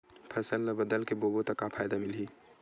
फसल ल बदल के बोबो त फ़ायदा मिलही?